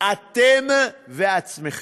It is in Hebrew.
אתם ועצמכם,